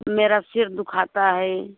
मेरा सिर दुखता है